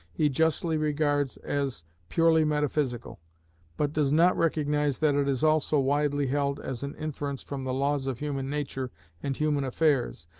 he justly regards as purely metaphysical but does not recognise that it is also widely held as an inference from the laws of human nature and human affairs,